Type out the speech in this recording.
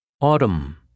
Autumn